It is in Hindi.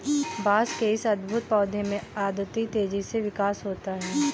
बांस के इस अद्भुत पौधे में अद्वितीय तेजी से विकास होता है